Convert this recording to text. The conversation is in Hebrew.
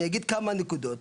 אני אגיד כמה נקודות.